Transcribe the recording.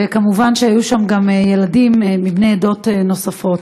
וכמובן, היו שם גם ילדים בני עדות נוספות.